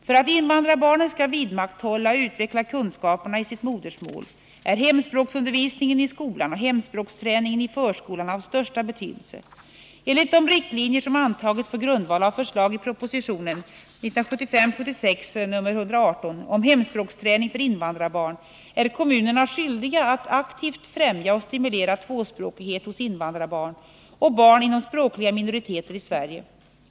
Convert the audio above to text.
För att invandrarbarnen skall vidmakthålla och utveckla kunskaperna i sitt modersmål är hemspråksundervisningen i skolan och hemspråksträningen i förskolan av största betydelse. Enligt de riktlinjer som antagits på grundval av förslag i propositionen om hemspråksträning för invandrarbarn är kommunerna skyldiga att aktivt främja och stimulera tvåspråkighet hos invandrarbarn och barn inom språkliga minoriteter i Sverige.